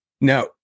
Now